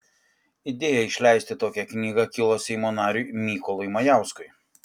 idėja išleisti tokią knygą kilo seimo nariui mykolui majauskui